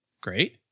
Great